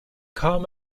kam